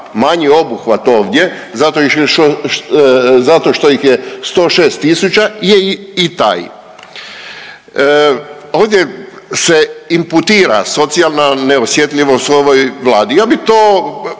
manji obuhvat ovdje zato što ih je 106 tisuća je i taj. Ovdje se imputira socijalna neosjetljivost ovoj Vladi. Ja bi to